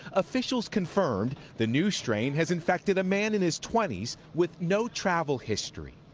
officials confirmed the new strain has infected a man in his twenty s with no-travel history.